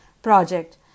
project